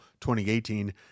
2018